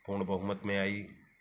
पूर्ण बहुमत में आई